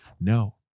No